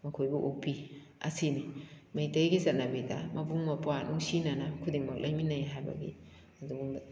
ꯃꯈꯣꯏꯕꯨ ꯑꯣꯛꯄꯤ ꯑꯁꯤꯅꯤ ꯃꯩꯇꯩꯒꯤ ꯆꯠꯅꯕꯤꯗ ꯃꯕꯨꯡ ꯃꯧꯄ꯭ꯋꯥ ꯅꯨꯡꯁꯤꯅꯅ ꯈꯨꯗꯤꯡꯃꯛ ꯂꯩꯃꯤꯟꯅꯩ ꯍꯥꯏꯕꯒꯤ ꯑꯗꯨꯒꯨꯝꯕ